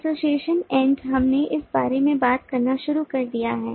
association and हमने इस बारे में बात करना शुरू कर दिया है